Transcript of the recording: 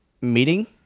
meeting